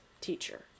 teacher